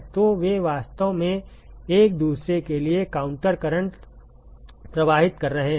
तो वे वास्तव में एक दूसरे के लिए काउंटर करंट प्रवाहित कर रहे हैं